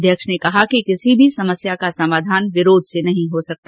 अध्यक्ष ने कहा कि किसी भी समस्या का समाधान विरोध से नहीं हो सकता